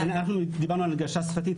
אנחנו דיברנו על הנגשה שפתית,